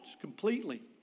completely